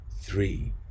three